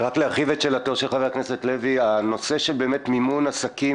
רק להרחיב את שאלתו של חבר הכנסת לוי הנושא של מימון עסקים,